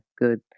good